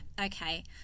okay